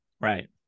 Right